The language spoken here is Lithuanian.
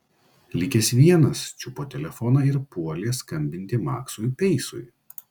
likęs vienas čiupo telefoną ir puolė skambinti maksui peisui